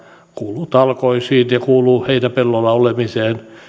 kuuluu talkoisiin ja kuuluu heinäpellolla olemiseen